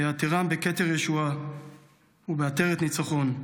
ויעטרם בכתר ישועה ובעטרת ניצחון.